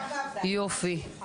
יופי,